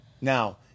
Now